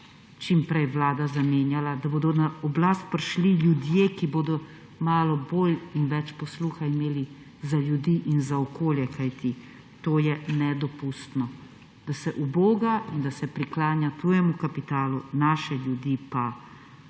čim prej vlada zamenjala, da bodo na oblast prišli ljudje, ki bodo malo bolj in več posluha imeli za ljudi in za okolje, kajti to je nedopustno, da se uboga in da se priklanja tujemu kapitalu, naše ljudi pa